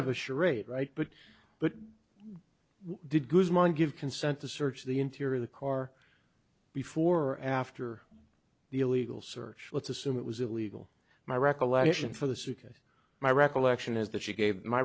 of a charade right but but we did guzman give consent to search the interior of the car before or after the illegal search let's assume it was illegal my recollection for the sukkah my recollection is that she gave my